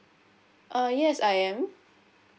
uh yes I am